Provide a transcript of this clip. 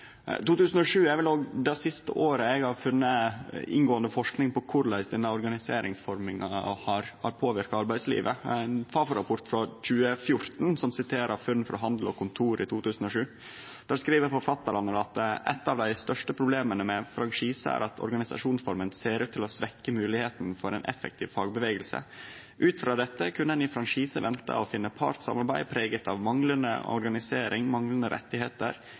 2007. 2007 er òg det siste året eg har funne at ein forska inngåande på korleis denne organiseringsforma har påverka arbeidslivet. Ein Fafo-rapport frå 2014 siterer til funn frå Handel og Kontor i 2007. Forfattarane skriv: «Et av de største problemene med franchise er at organisasjonsformen ser ut til å svekke muligheten for en effektiv fagbevegelse. Ut fra dette kunne en i franchise vente å finne partssamarbeid preget av manglende organisering, manglende rettigheter.